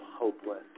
hopeless